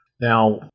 Now